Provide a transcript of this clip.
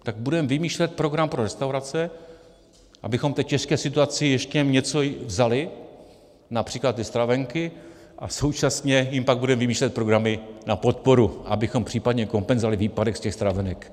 Tak budeme vymýšlet program pro restaurace, abychom jim v té těžké situaci ještě něco vzali, například stravenky, a současně jim pak budeme vymýšlet programy na podporu, abychom případně kompenzovali výpadek ze stravenek.